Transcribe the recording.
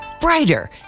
brighter